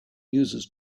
users